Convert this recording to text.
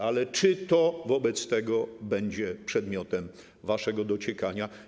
Ale czy to wobec tego będzie przedmiotem waszego dociekania?